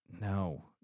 No